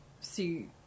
see –